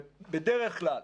בדרך כלל,